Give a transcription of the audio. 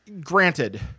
granted